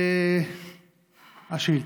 השאילתה: